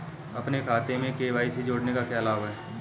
अपने खाते में के.वाई.सी जोड़ने का क्या लाभ है?